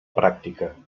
pràctica